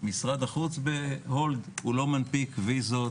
משרד החוץ ב"הולד", לא מנפיק ויזות,